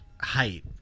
Height